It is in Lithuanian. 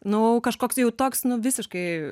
nu kažkoks jau toks nu visiškai